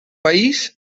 país